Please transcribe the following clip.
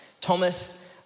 Thomas